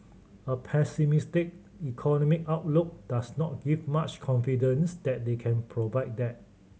a pessimistic economic outlook does not give much confidence that they can provide that